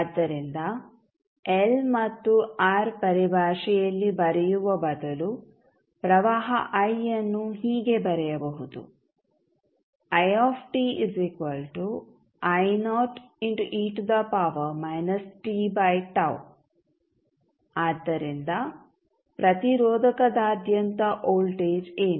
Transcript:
ಆದ್ದರಿಂದ ಎಲ್ ಮತ್ತು ಆರ್ ಪರಿಭಾಷೆಯಲ್ಲಿ ಬರೆಯುವ ಬದಲು ಪ್ರವಾಹ ಐ ಅನ್ನು ಹೀಗೆ ಬರೆಯಬಹುದು ಆದ್ದರಿಂದ ಪ್ರತಿರೋಧಕದಾದ್ಯಂತ ವೋಲ್ಟೇಜ್ ಏನು